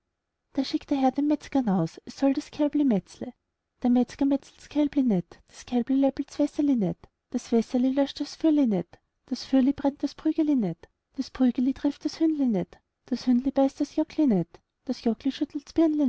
da schickt der herr den metzger naus er soll das kälbli metzle der metzger metzelts kälbli nit das kälbli läppelt das wässerli nit das wässerli löscht das fürli nit das fürli brennt das prügeli nit das prügeli trifft das hündli nit das hündli beißt das jockli nit das jockli